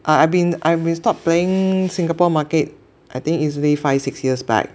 I have been I haven been stop playing Singapore market I think easily five six years back